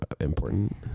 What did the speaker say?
important